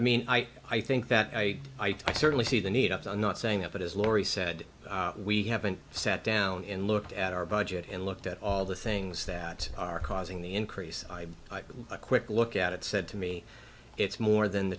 i mean i i think that i i i certainly see the need up to i'm not saying that but as laurie said we haven't sat down and looked at our budget and looked at all the things that are causing the increase i have a quick look at it said to me it's more than the